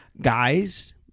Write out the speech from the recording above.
guys